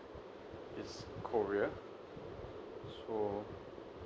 it's korea so